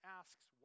asks